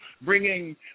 bringing